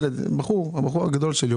ילד, בחור, הבחור הגדול שלי.